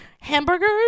hamburgers